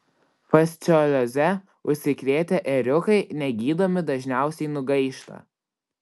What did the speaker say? fasciolioze užsikrėtę ėriukai negydomi dažniausiai nugaišta